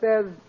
says